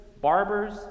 barbers